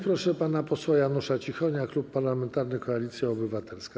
Proszę pana posła Janusza Cichonia, Klub Parlamentarny Koalicja Obywatelska.